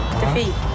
defeat